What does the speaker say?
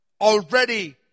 already